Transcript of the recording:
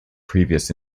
previous